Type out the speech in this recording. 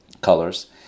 colors